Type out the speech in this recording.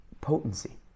potency